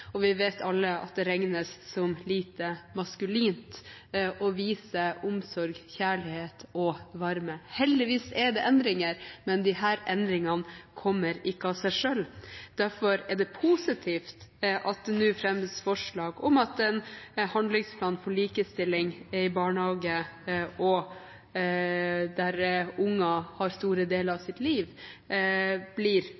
og vi vet alle at det regnes som lite maskulint å vise omsorg, kjærlighet og varme. Heldigvis skjer det endringer, men disse endringene kommer ikke av seg selv. Derfor er det positivt at det nå fremmes forslag om en handlingsplan for likestilling i barnehage og grunnopplæring – der barn oppholder seg store deler av